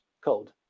code